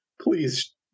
please